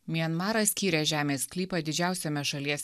mianmaras skyrė žemės sklypą didžiausiame šalies